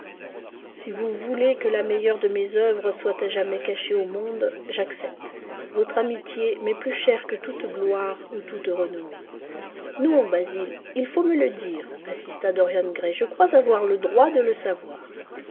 si vous voulez que la meilleure de mes œuvres soit à jamais cachée au monde j'accepte votre amitié m'est plus chère que toute gloire ou toute renommée non basil il faut me le dire insista dorian gray je crois avoir le droit de le savoir